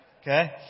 Okay